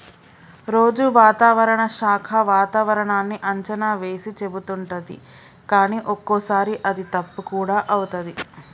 రోజు వాతావరణ శాఖ వాతావరణన్నీ అంచనా వేసి చెపుతుంటది కానీ ఒక్కోసారి అది తప్పు కూడా అవుతది